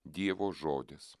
dievo žodis